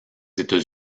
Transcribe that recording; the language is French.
états